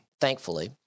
Thankfully